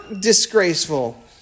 disgraceful